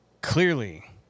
Clearly